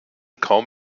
kaum